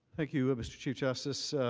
thank you mr. chief justice.